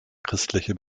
christliche